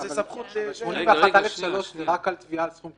זה תמריץ טוב